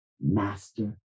master